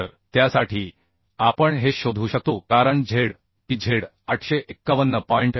तर त्यासाठी आपण हे शोधू शकतो कारण Zp Z 851